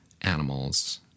animals